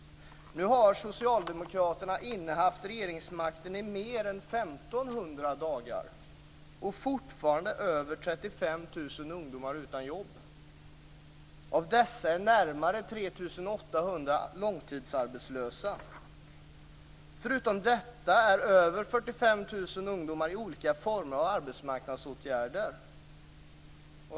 Nu har socialdemokraterna innehaft regeringsmakten i mer än 1 500 dagar och fortfarande är över 3 800 långtidsarbetslösa. Förutom detta är över 45 000 ungdomar i olika former av arbetsmarknadsåtgärder.